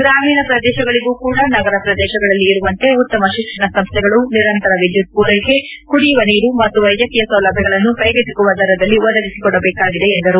ಗ್ರಾಮೀಣ ಪ್ರದೇಶಗಳಿಗೂ ಕೂಡ ನಗರ ಪ್ರದೇಶಗಳಲ್ಲಿ ಇರುವಂತೆ ಉತ್ತಮ ಶಿಕ್ಷಣ ಸಂಸ್ಥೆಗಳು ನಿರಂತರ ವಿದ್ಯುತ್ ಪೂರೈಕೆ ಕುಡಿಯುವ ನೀರು ಮತ್ತು ವೈದ್ಯಕೀಯ ಸೌಲಭ್ಯಗಳನ್ನು ಕೈಗೆಟಕುವ ದರಗಳಲ್ಲಿ ಒದಗಿಸಿಕೊಡಬೇಕಾಗಿದೆ ಎಂದರು